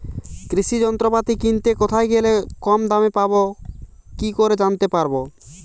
কৃষি যন্ত্রপাতি কিনতে কোথায় গেলে কম দামে পাব কি করে জানতে পারব?